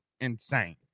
insane